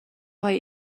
پای